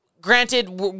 Granted